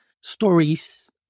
stories